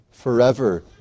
forever